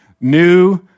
new